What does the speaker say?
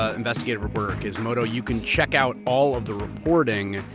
ah investigative reporter at gizmodo. you can check out all of the reporting,